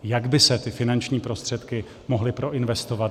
Jak by se finanční prostředky mohly proinvestovat?